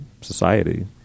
society